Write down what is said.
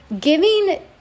giving